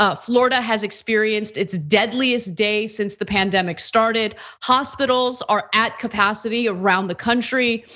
ah florida has experienced its deadliest day since the pandemic started. hospitals are at capacity around the country.